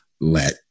let